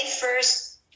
first